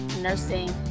nursing